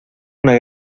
una